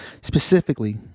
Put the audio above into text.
Specifically